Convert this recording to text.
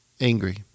angry